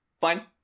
Fine